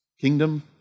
kingdom